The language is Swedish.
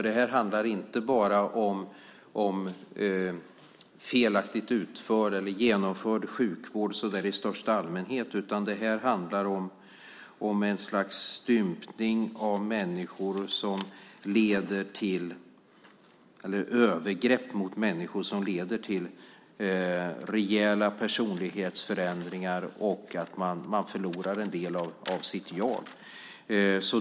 Det handlar inte bara om felaktigt utförd eller genomförd sjukvård så där i största allmänhet, utan det handlar om ett slags övergrepp mot människor som leder till rejäla personlighetsförändringar och till att man förlorar en del av sitt jag.